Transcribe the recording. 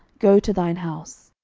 go to thine house.